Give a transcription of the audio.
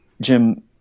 Jim